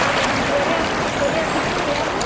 आं आं बरी आसा न्हू व्योम